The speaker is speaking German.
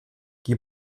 die